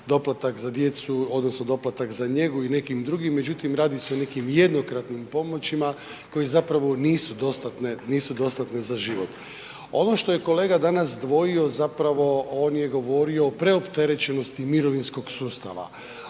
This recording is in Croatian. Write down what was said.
doplatak za djecu odnosno doplatak za njegu i nekim drugim, međutim radi se o nekim jednokratnim pomoćima koje zapravo nisu dostatne za život. Ovo što je kolega danas dvojio zapravo, on je govorio o preopterećenosti mirovinskog sustava